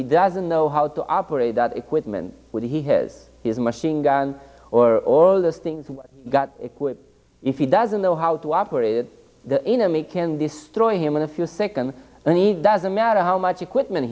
he doesn't know how to operate that equipment what he has is a machine gun or all the things you've got equipped if he doesn't know how to operate the enemy can destroy him in a few seconds and he doesn't matter how much equipment